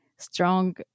strong